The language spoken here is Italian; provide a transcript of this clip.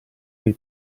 dei